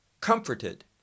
comforted